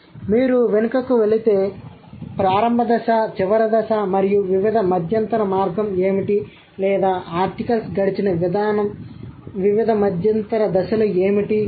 కాబట్టి మీరు వెనుకకు వెళితే ప్రారంభ దశ చివరి దశ మరియు వివిధ మధ్యంతర మార్గంఏమిటి లేదా ఆర్టికల్స్ గడిచిన వివిధ మధ్యంతర దశలు ఏమిటి